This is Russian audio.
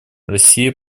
россия